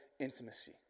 intimacy